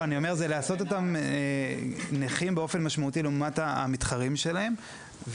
זה לעשות אותם נכים באופן משמעותי לעומת המתחרים שלהם.